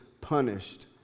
punished